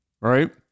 Right